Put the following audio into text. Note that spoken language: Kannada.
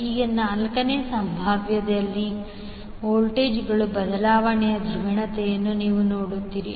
ಈಗ 4 ನೇ ಸಂದರ್ಭದಲ್ಲಿ ವೋಲ್ಟೇಜ್ಗಳ ಬದಲಾವಣೆಯ ಧ್ರುವೀಯತೆಯನ್ನು ನೀವು ನೋಡುತ್ತೀರಿ